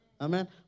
Amen